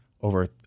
over